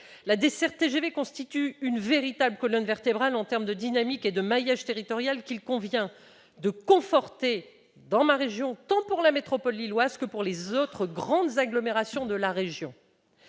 TGV constitue une véritable colonne vertébrale en termes de dynamique et de maillage territoriaux, qu'il convient de conforter tant pour la métropole lilloise que pour les autres grandes agglomérations de la région